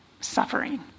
suffering